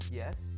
yes